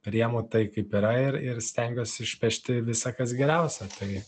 priimu taip kaip yra ir ir stengiuosi išpešti visa kas geriausia tai